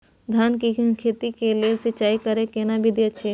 धान के खेती के लेल सिंचाई कैर केना विधी अछि?